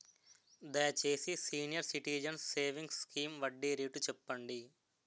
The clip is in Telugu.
దయచేసి సీనియర్ సిటిజన్స్ సేవింగ్స్ స్కీమ్ వడ్డీ రేటు చెప్పండి